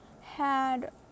had-